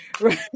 Right